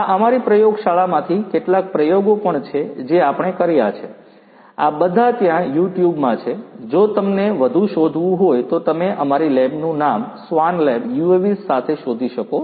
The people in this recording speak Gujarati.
આ અમારી પ્રયોગશાળામાંથી કેટલાક પ્રયોગો પણ છે જે આપણે કર્યા છે આ બધા ત્યાં યુ ટ્યુબમાં છે જો તમને વધુ શોધવું હોય તો તમે અમારી લેબનું નામ સ્વાન લેબ UAVs સાથે શોધી શકો છો